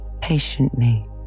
patiently